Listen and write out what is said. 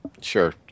Sure